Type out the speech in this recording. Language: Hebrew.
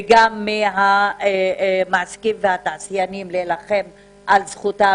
וגם מהמעסיקים והתעשיינים להילחם על זכותם